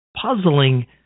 puzzling